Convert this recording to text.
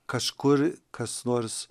kažkur kas nors